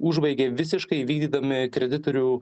užbaigė visiškai įvykdydami kreditorių